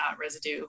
residue